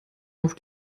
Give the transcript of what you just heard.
auf